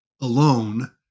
Alone